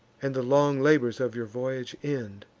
and the long labors of your voyage end.